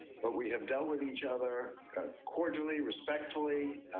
but we have dealt with each other cordially respectfully